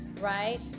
right